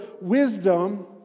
wisdom